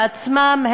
בעצמם,